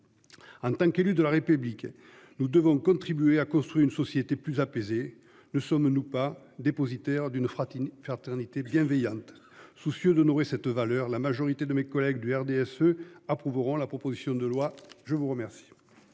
En tant qu'élu de la République. Nous devons contribuer à construire une société plus apaisée. Ne sommes-nous pas dépositaire d'une Frattini faire éternité bienveillante soucieux d'honorer cette valeur la majorité de mes collègues du RDSE approuveront la proposition de loi, je vous remercie.